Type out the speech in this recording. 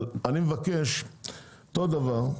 אבל אני מבקש אותו דבר,